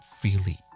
freely